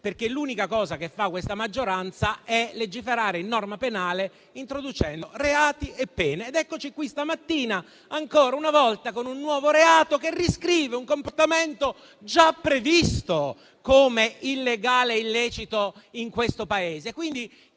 perché l'unica cosa che fa questa maggioranza è legiferare in norma penale, introducendo reati e pene. Ed eccoci qui stamattina, ancora una volta, con un nuovo reato, che riscrive un comportamento già previsto come illegale ed illecito in questo Paese.